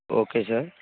okay sir